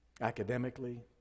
academically